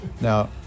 Now